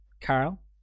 Carl